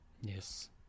yes